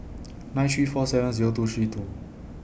nine three four seven Zero two three two